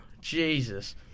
Jesus